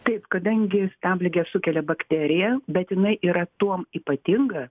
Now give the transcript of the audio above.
taip kadangi stabligę sukelia bakterija bet jinai yra tuom ypatinga